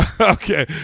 Okay